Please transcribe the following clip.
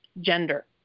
gender